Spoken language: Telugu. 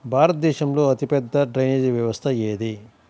భారతదేశంలో అతిపెద్ద డ్రైనేజీ వ్యవస్థ ఏది?